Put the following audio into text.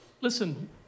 Listen